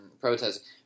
protesting